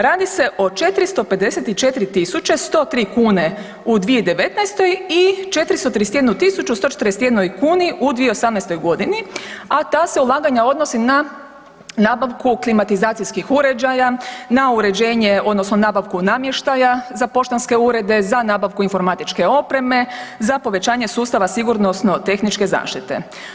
Radi se o 454 103 kn u 2019. i 431 141 kn u 2018. g. a ta se ulaganja odnose na nabavku klimatizacijskih uređaja, na uređenje odnosno nabavku namještaja za poštanske urede, za nabavku informatičke opreme, za povećanje sustava sigurnosno-tehničke zaštite.